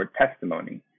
testimony